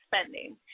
spending